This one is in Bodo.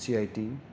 C I T